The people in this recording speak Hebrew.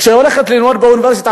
כשהיא הולכת ללמוד באוניברסיטה,